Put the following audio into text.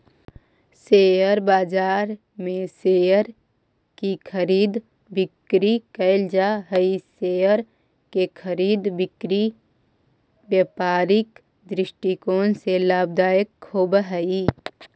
share बाजार में share की खरीद बिक्री कैल जा हइ शेयर के खरीद बिक्री व्यापारिक दृष्टिकोण से लाभदायक होवऽ हइ